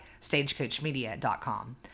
stagecoachmedia.com